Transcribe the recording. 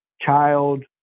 child